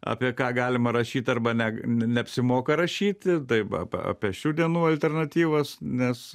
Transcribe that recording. apie ką galima rašyt arba ne neapsimoka rašyti tai va apie šių dienų alternatyvas nes